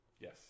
Yes